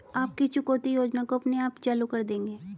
आप किस चुकौती योजना को अपने आप चालू कर देंगे?